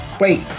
wait